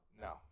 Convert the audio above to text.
No